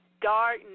dark